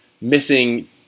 missing